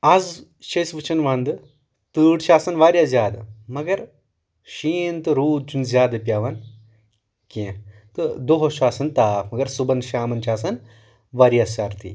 از چھِ أسۍ وٕچھان ونٛدٕ تۭر چھِ آسان واریاہ زیادٕ مگر شیٖن تہٕ روٗد چھُنہٕ زیادٕ پٮ۪وان کینٛہہ تہٕ دۄہس چھُ آسان تاپھ مگر صُبحن شامن چھِ آسان واریاہ سردی